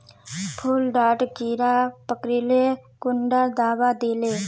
फुल डात कीड़ा पकरिले कुंडा दाबा दीले?